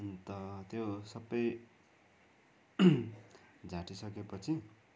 अन्त त्यो सबै झाँटि सकेपछि